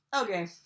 Okay